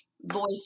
voice